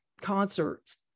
concerts